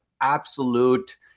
absolute